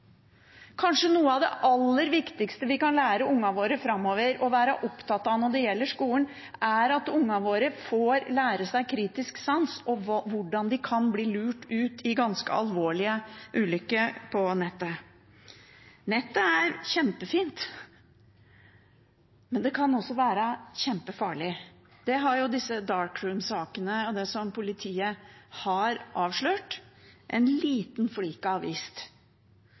Kanskje noe av de aller viktigste vi kan lære ungene våre og være opptatt av framover når det gjelder skolen, er at de får lære seg kritisk sans og hvordan de kan bli lurt ut i ganske alvorlige ulykker på nettet. Nettet er kjempefint, men kan også være kjempefarlig. Det har disse Dark Room-sakene og det politiet har avslørt, vist en liten